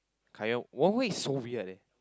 Kai-Yuan Wenhui is so weird leh